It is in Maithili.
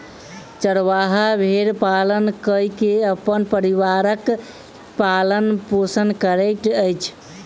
चरवाहा भेड़ पालन कय के अपन परिवारक पालन पोषण करैत अछि